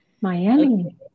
Miami